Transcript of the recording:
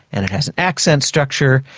and it has an accent structure,